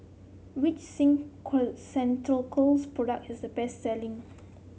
which Sing Ceuticals product is the best selling